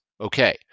Okay